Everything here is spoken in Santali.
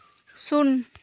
ᱥᱩᱱ